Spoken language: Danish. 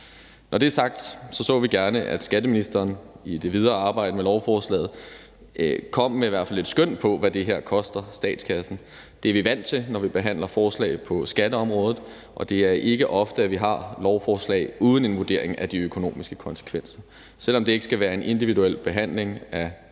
Når det er sagt, så vi gerne, at skatteministeren i det videre arbejde med lovforslaget kom med i hvert fald et skøn over, hvad det her koster statskassen. Det er vi vant til, når vi behandler forslag på skatteområdet, og det er ikke ofte, at vi har lovforslag uden en vurdering af de økonomiske konsekvenser. Selv om det ikke skal være en individuel behandling af kongehusets